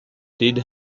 did